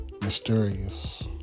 mysterious